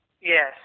Yes